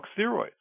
steroids